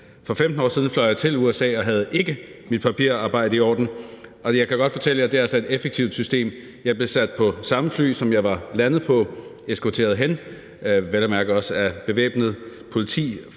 For 15 år siden fløj jeg til USA og havde ikke mit papirarbejde i orden, og jeg kan godt fortælle jer, at det altså er et effektivt system. Jeg blev sat på samme fly, som jeg var landet med, eskorteret – vel at mærke af bevæbnet politi,